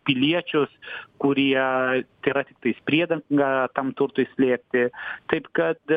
piliečius kurie tai yra tiktais priedanga tam turtui slėpti taip kad